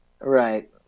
Right